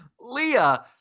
Leah